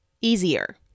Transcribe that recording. easier